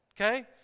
okay